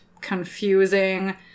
confusing